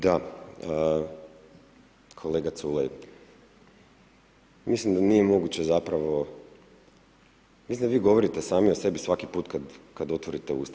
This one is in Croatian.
Da, kolega Culej, mislim da nije moguće zapravo, mislim da vi govorite sami o sebi svaki put kada otvorite usta.